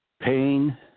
pain